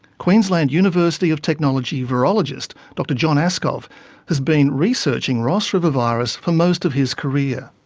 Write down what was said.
queensland university of technology virologist dr john aaskov has been researching ross river virus for most of his career.